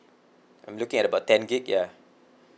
I'm looking at about ten gig ya